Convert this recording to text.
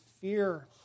fear